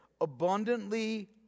abundantly